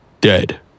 Dead